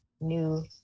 new